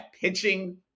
pitching